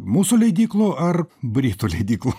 mūsų leidyklų ar britų leidyklų